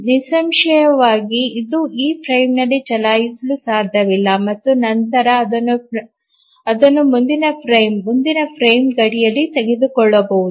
ನಿಸ್ಸಂಶಯವಾಗಿ ಇದು ಈ ಫ್ರೇಮ್ನಲ್ಲಿ ಚಲಾಯಿಸಲು ಸಾಧ್ಯವಿಲ್ಲ ಮತ್ತು ನಂತರ ಅದನ್ನು ಮುಂದಿನ ಫ್ರೇಮ್ ಮುಂದಿನ ಫ್ರೇಮ್ ಗಡಿಯಲ್ಲಿ ತೆಗೆದುಕೊಳ್ಳಬಹುದು